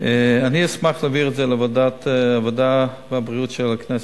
אני אשמח להעביר את זה לוועדת העבודה והבריאות של הכנסת.